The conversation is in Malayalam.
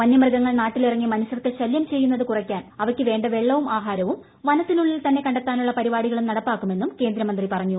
വനൃമൃഗങ്ങൾ നാട്ടിലിറങ്ങി മനുഷ്യർക്ക് ശല്യം ചെയ്യുന്നതിന് കുറയ്ക്കാൻ അവയ്ക്ക് വേണ്ട വെള്ളവും ആഹാരവുക് വനത്തിനുള്ളിൽ തന്നെ കണ്ടെത്താനുള്ള പരിപാടികളും ന്നടുപ്പ്റ്റിക്കമെന്നും കേന്ദ്രമന്ത്രി പറഞ്ഞു